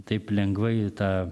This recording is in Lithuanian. taip lengvai tą